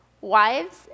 wives